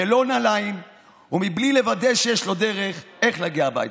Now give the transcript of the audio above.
ללא נעליים ובלי לוודא שיש לו דרך להגיע הביתה.